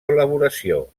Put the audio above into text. elaboració